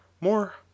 more